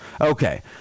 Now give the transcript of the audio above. Okay